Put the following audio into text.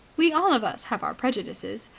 we all of us have our prejudices.